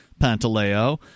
Pantaleo